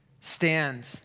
stand